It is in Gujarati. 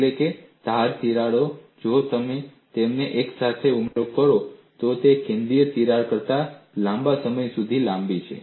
એટલે કે ધાર તિરાડો જો તમે તેમને એક સાથે ઉમેરો છો તો તે કેન્દ્રીય તિરાડ કરતાં લાંબા સમય સુધી લાંબી છે